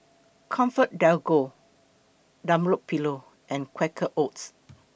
ComfortDelGro Dunlopillo and Quaker Oats